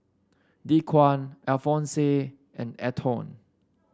Dequan Alfonse and Antone